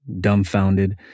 dumbfounded